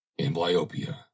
Amblyopia